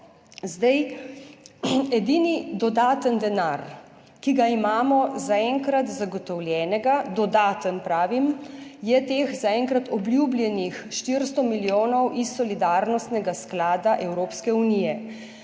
razvoj. Edini dodaten denar, ki ga imamo za enkrat zagotovljenega, je teh za enkrat obljubljenih 400 milijonov iz solidarnostnega sklada Evropske unije.